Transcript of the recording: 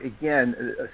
again